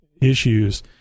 Issues